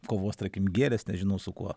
kovos tarkim gėlės nežinau su kuo